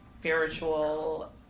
spiritual